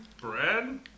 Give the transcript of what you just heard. Bread